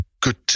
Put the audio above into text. good